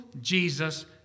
Jesus